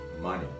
money